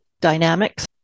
dynamics